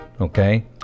okay